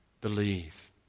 believe